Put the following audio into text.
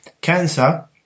cancer